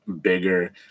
bigger